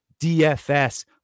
DFS